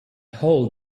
hold